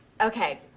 Okay